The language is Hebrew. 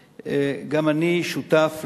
לחוק בשטחי C. 3. אשר לעניין טענות